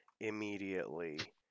immediately